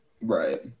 Right